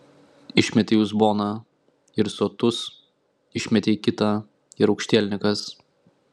išmetei uzboną ir sotus išmetei kitą ir aukštielninkas